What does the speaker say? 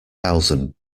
thousand